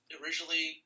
originally